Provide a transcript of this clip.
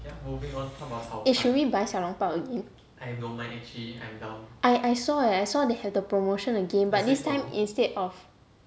eh should we bought 小笼包 again I I I saw eh I saw they have the promotion again but this time instead of